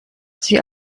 sie